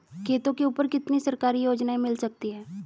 खेतों के ऊपर कितनी सरकारी योजनाएं मिल सकती हैं?